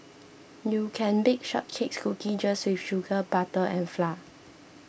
you can bake shortcake cookies just with sugar butter and flour